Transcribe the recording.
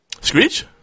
Screech